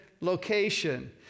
location